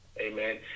Amen